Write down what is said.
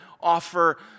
offer